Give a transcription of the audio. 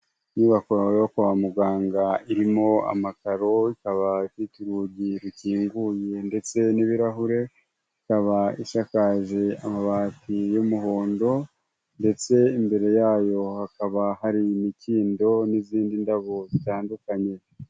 Inyubako yo kwa muganga irimo amakaro, ikaba ifite urugi rukinguye ndetse n'ibirahure, ikaba isakaje amabati y'umuhondo ndetse imbere yayo hakaba hari imikindo n'izindi ndabo zitandukanye.